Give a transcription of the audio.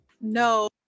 No